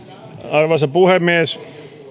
arvoisa puhemies